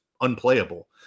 unplayable